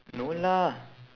no lah